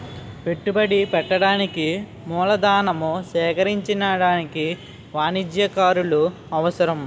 పెట్టుబడి పెట్టడానికి మూలధనం సేకరించడానికి వాణిజ్యకారులు అవసరం